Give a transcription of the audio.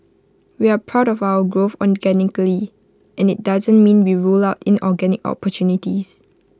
we're proud of our growth organically and IT doesn't mean we rule out inorganic opportunities